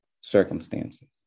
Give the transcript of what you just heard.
circumstances